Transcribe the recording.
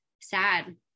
sad